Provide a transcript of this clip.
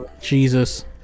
Jesus